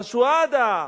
ה"שוהדה",